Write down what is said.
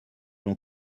l’on